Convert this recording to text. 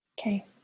okay